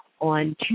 on